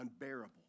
unbearable